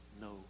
no